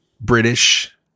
british